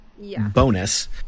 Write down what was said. Bonus